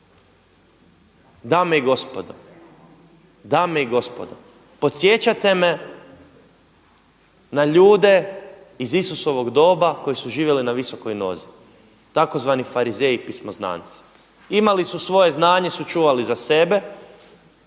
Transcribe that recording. Dame i gospodo, dame i gospodo podsjećate me na ljude iz Isusovog doba koji su živjeli na visokoj nozi tzv. farizeji pismoznanci. Imali su svoje znanje su čuvali za sebe,